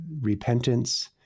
repentance